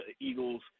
Eagles